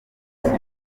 munsi